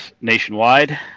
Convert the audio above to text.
nationwide